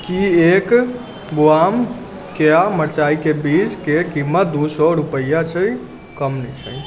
की एक बुआम केया मरचाइके बीजके कीमत दू सए रुपैआ छै कम नहि छै